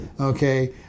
Okay